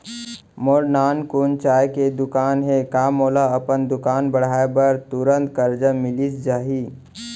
मोर नानकुन चाय के दुकान हे का मोला अपन दुकान बढ़ाये बर तुरंत करजा मिलिस जाही?